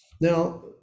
Now